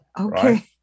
Okay